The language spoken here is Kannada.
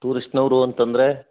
ಟೂರಿಸ್ಟ್ನವರು ಅಂತ ಅಂದರೆ